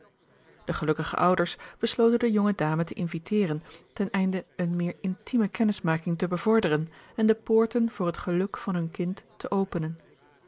de gelukkige ouders besloten de jonge dame te inviteren ten einde eene meer intieme kennismaking te bevorderen en de poorten voor het geluk van hun kind te openen